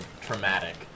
traumatic